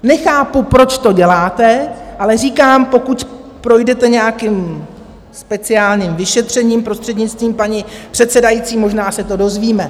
Nechápu, proč to děláte, ale říkám, pokud projdete nějakým speciálním vyšetřením, prostřednictvím paní předsedající, možná se to dozvíme.